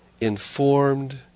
informed